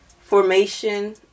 Formation